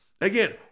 Again